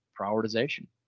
prioritization